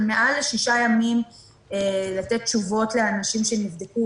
מעל לשישה ימים לתת תשובות לאנשים שנבדקו.